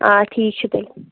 آ ٹھیٖک چھُ تیٚلہِ